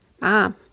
Mom